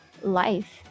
life